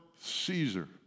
Caesar